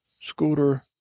Scooter